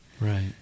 Right